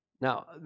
Now